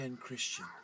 Christian